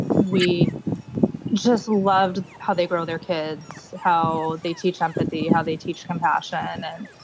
we just loved how they grow their kids, how they teach empathy, how they teach compassion and,